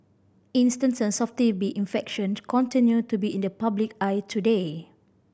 instances of T B infection continue to be in the public eye today